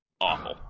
awful